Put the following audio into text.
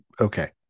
okay